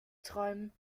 träumen